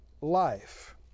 Life